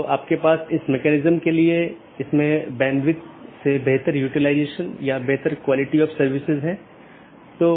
तो इस तरह से मैनाजैबिलिटी बहुत हो सकती है या स्केलेबिलिटी सुगम हो जाती है